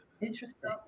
interesting